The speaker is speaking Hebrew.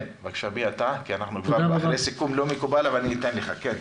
כן, אחרי סיכום זה לא מקובל, אבל אני אתן לך לדבר.